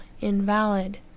invalid